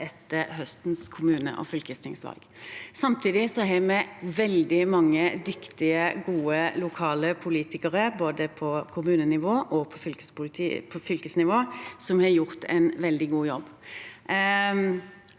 etter høstens kommune- og fylkestingsvalg. Samtidig har vi veldig mange dyktige og gode lokale politikere, både på kommunenivå og på fylkesnivå, som har gjort en veldig god jobb.